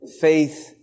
Faith